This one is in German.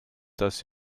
das